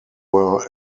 were